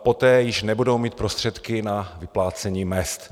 Poté již nebudou mít prostředky na vyplácení mezd.